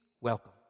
welcome